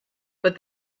but